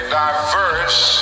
diverse